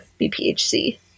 BPHC